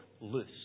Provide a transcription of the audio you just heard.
loose